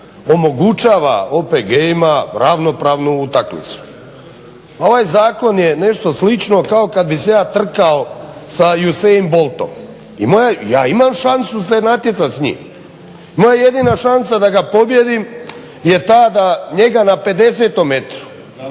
omogućava OPG-ima ravnopravnu utakmicu. Ovaj zakon je nešto slično kao kad bih se ja trkao sa Usain Boltom. Ja imam šansu se natjecati s njim. Moja jedina šansa da ga pobijedim je ta da njega na 50 m